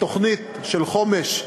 בתוכנית של חומש,